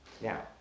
Now